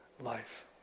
life